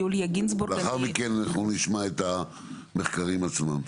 לאחר מכן אנחנו נשמע את המחקרים עצמם.